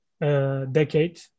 Decade